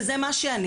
וזה מה שאני.